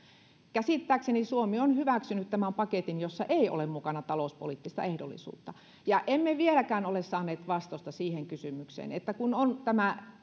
käsittääkseni suomi on hyväksynyt tämän paketin jossa ei ole mukana talouspoliittista ehdollisuutta emme vieläkään ole saaneet vastausta siihen kysymykseen että kun on tämä